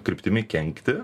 kryptimi kenkti